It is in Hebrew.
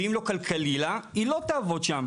ואם לא כלכלי לה, היא לא תעבוד שם.